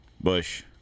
Bush